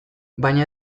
baina